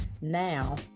Now